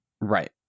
Right